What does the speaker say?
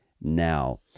now